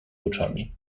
oczami